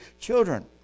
children